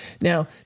now